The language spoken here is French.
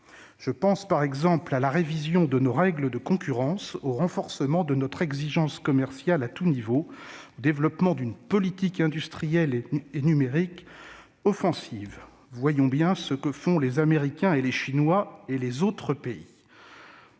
Je pense par exemple à la révision de nos règles de concurrence, au renforcement de notre exigence commerciale à tout niveau, au développement d'une politique industrielle et numérique offensive. Alors que les États-Unis, la Chine et d'autres pays